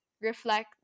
reflect